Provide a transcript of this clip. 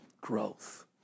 growth